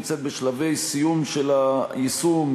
נמצאת בשלבי סיום של היישום,